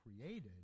created